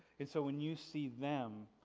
and so when you see them,